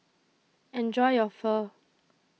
Enjoy your Pho